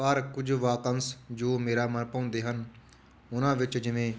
ਪਰ ਕੁਝ ਵਾਕੰਸ਼ ਜੋ ਮੇਰਾ ਮਨਭਾਉਂਦੇ ਹਨ ਉਹਨਾਂ ਵਿੱਚ ਜਿਵੇਂ